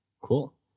Cool